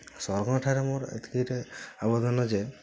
ସରକାରଙ୍କ ଠାରେ ମୋର ଏତିକି ରେ ଆବେଦନ ଯେ